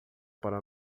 para